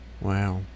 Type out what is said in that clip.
Wow